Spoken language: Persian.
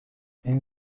این